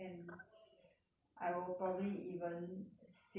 I will probably even sing with you on the car